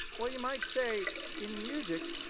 well, you might say in music,